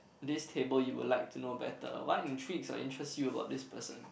this table you would like to know better what intrigues or interest you about this person